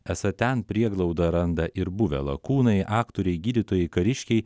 esą ten prieglaudą randa ir buvę lakūnai aktoriai gydytojai kariškiai